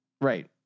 Right